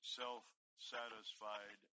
self-satisfied